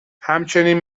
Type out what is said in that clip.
همچنین